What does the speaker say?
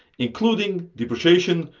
including depreciation,